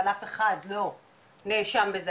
אבל אף אחד לא נאשם בזה,